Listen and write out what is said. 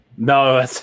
No